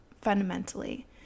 fundamentally